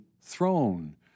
throne